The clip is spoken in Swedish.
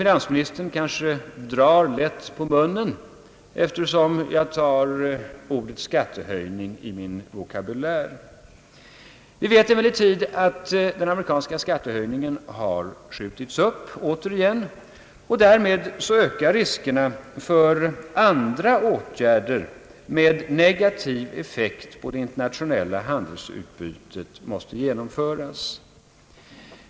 Finansministern kanske drar lätt på munnen, eftersom jag ohöljt talar om skattehöjning. Vi vet emellertid att den amerikanska skattehöjningen återigen har skjutits upp. Därmed ökar riskerna för att andra åtgärder vidtages med mer negativ effekt på det internationella handelsutbytet.